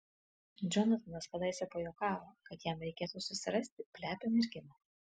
džonatanas kadaise pajuokavo kad jam reikėtų susirasti plepią merginą